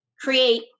create